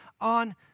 on